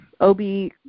OB-